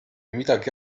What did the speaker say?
midagi